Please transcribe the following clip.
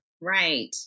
Right